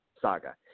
saga